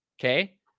okay